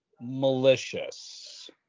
malicious